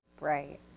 Right